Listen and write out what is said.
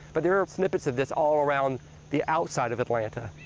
but there are snippets of this all around the outside of atlanta.